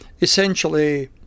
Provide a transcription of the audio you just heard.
essentially